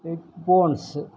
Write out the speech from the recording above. head phones